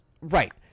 right